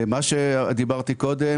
מה שדיברתי קודם,